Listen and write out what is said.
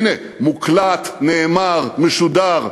הנה: מוקלט, נאמר, משודר.